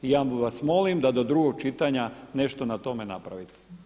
I ja vas molim da do drugog čitanja nešto na tome napravite.